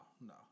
no